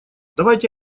давайте